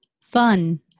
Fun